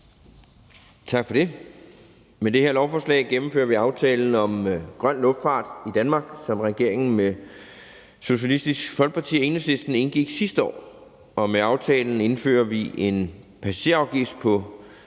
Tak for det. Med det her lovforslag gennemfører vi aftalen om grøn luftfart i Danmark, som regeringen indgik med Socialistisk Folkeparti og Enhedslisten sidste år. Med aftalen indfører vi en passagerafgift på